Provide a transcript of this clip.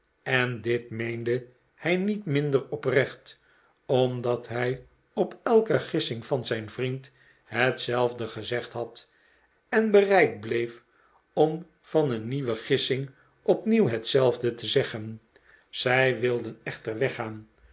en dit meende hij niet minder oprecht omdat hij op elke gissing van zijn vriend hetzelfde gezegd had en bereid bleef om van een nieuwe gissing opnieuw hetzelfde te zeggen zij wilden echter